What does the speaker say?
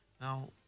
Now